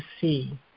see